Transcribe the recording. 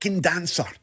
dancer